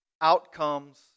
outcomes